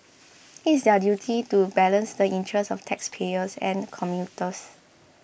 it is their duty to balance the interests of taxpayers and commuters